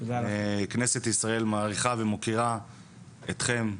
כנסת ישראל מעריכה ומוקירה אתכם,